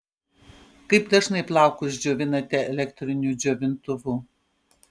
kaip dažnai plaukus džiovinate elektriniu džiovintuvu